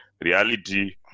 reality